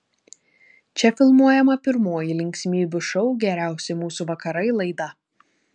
čia filmuojama pirmoji linksmybių šou geriausi mūsų vakarai laida